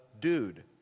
dude